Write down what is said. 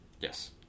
Yes